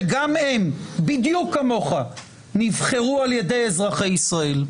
שגם הם בדיוק כמוך נבחרו על ידי אזרחי ישראל.